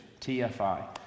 TFI